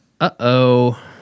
uh-oh